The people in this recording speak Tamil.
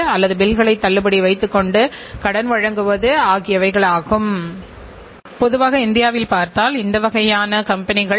அரசாங்க நிறுவனங்களில் சேவை நிறுவனங்களில் மற்றும் இலாப நோக்கற்ற நிறுவனத்திலும் கூட நிறுவன கட்டுப்பாட்டு முறை என்பது சம முக்கியத்துவம் வாய்ந்ததாக கருதப்படுகிறது